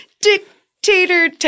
dictator